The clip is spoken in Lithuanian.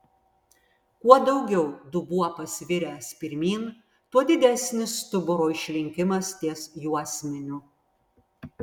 kuo daugiau dubuo pasviręs pirmyn tuo didesnis stuburo išlinkimas ties juosmeniu